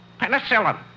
Penicillin